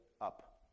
up